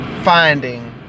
finding